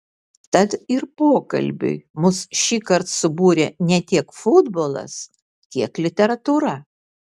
tad ir pokalbiui mus šįkart subūrė ne tiek futbolas kiek literatūra